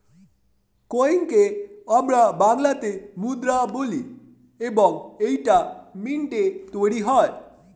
কয়েনকে আমরা বাংলাতে মুদ্রা বলি এবং এইটা মিন্টে তৈরী হয়